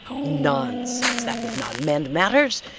nonsense! that would not mend matters.